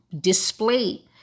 display